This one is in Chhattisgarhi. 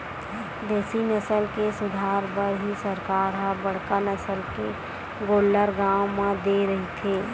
देसी नसल के सुधार बर ही सरकार ह बड़का नसल के गोल्लर गाँव म दे रहिथे